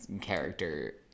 character